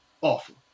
awful